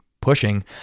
pushing